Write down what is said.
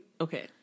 Okay